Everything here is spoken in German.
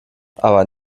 aber